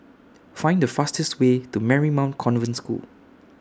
Find The fastest Way to Marymount Convent School